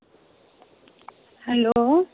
hello